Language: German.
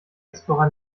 explorer